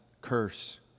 curse